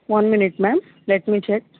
one minute ma'am let me check